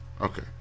Okay